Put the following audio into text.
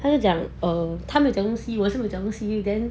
他就讲 err 他没有讲东西我没有讲东西们 then